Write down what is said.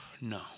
No